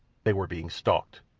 they were being stalked.